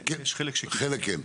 יש חלק שכן.